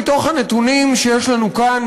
מתוך הנתונים שיש לנו כאן,